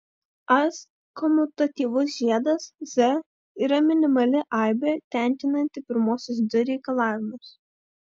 as komutatyvus žiedas z yra minimali aibė tenkinanti pirmuosius du reikalavimus